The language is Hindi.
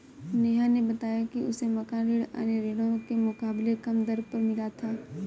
नेहा ने बताया कि उसे मकान ऋण अन्य ऋणों के मुकाबले कम दर पर मिला था